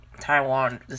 Taiwan